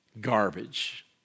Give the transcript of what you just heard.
garbage